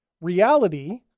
Reality